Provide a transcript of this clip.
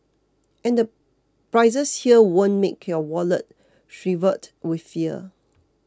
and the prices here won't make your wallet shrivelled with fear